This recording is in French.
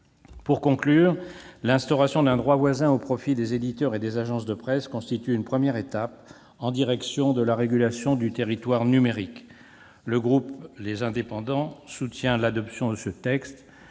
Pour conclure, l'instauration d'un droit voisin au profit des éditeurs et des agences de presse constitue une première étape en direction de la régulation du territoire numérique. Le groupe Les Indépendants-République et